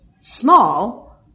small